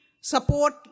support